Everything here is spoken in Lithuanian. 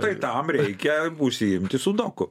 tai tam reikia užsiimti sudoku